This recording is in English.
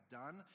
done